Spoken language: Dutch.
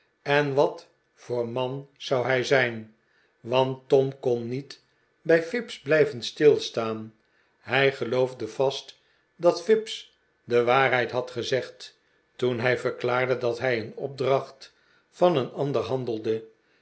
en wat voor man zou hij zijn want tom kon niet bij fips blijven stilstaan hij geloofde vast dat fips de waarheid had gezegd toen hij verklaarde dat hij in opdracht van een ander handelde